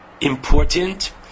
important